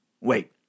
Wait